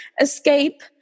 escape